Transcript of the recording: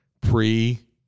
pre